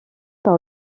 par